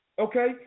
Okay